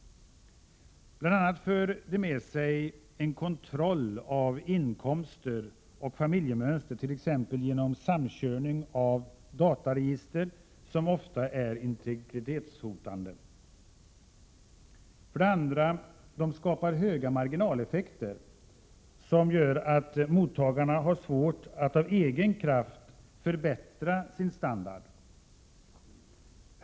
30 maj 1988 För det första för de bl.a. med sig en kontroll av inkomster och familjemönster, t.ex. genom samkörning av dataregister, vilket ofta är integritetshotande. För det andra skapar de höga marginaleffekter som gör att mottagarna har svårt att av egen kraft förbättra sin standard.